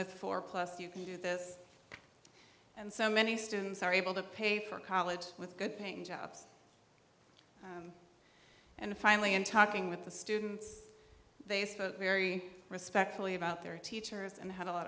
with four plus you can do this and so many students are able to pay for college with good paying jobs and finally in talking with the students they spoke very respectfully about their teachers and had a lot